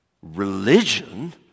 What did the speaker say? Religion